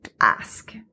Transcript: ask